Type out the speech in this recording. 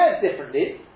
differently